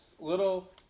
little